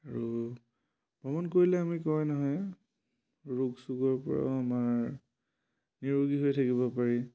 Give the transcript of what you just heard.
আৰু ভ্ৰমণ কৰিলে আমি কয় নহয় ৰোগ চোগৰ পৰাও আমাৰ নিৰোগী হৈ থাকিব পাৰি